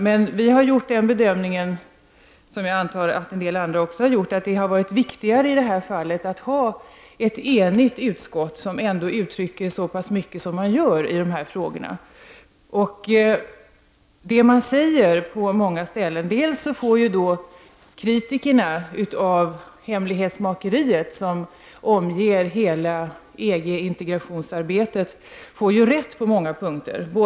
Men vi har gjort den bedömningen, som jag antar att en del andra också har gjort, att det i det här fallet har varit viktigare att ha ett enigt utskott, som ändå uttrycker så pass mycket som man gör i de här frågorna. Kritikerna av det hemlighetsmakeri som omger hela EG-integrationsarbetet får ju rätt på många punkter.